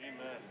Amen